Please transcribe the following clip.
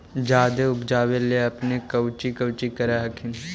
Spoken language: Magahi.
जादे उपजाबे ले अपने कौची कौची कर हखिन?